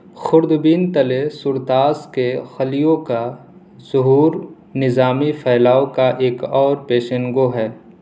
خوردبین تلے سرطاس کے خلیوں کا ظہور نظامی پھیلاؤ کا ایک اور پیشن گو ہے